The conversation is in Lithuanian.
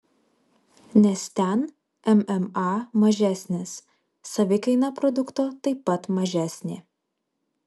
nes ten mma mažesnis savikaina produkto taip pat mažesnė